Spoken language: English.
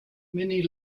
many